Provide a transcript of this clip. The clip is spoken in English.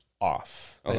off